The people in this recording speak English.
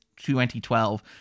2012